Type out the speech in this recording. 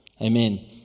Amen